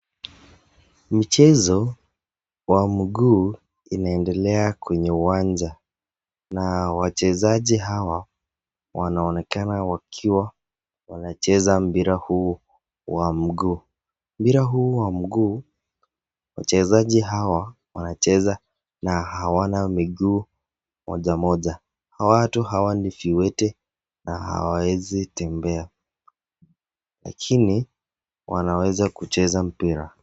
Mchezo wa miguu inaendelea kwenye uwanja na wachezaji hawa wanaonekana wakiwa wanacheza mpira huu wa mguu. Mpira huu wa mguu wachezaji hawa wanacheza na hawana miguu mojamoja. Watu hawa ni viwete na hawawezi tembea, lakini wanaweza kucheza mpira.